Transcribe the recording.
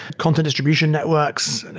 content distribution networks,